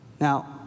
Now